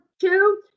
two